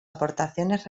aportaciones